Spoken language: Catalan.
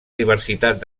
diversitat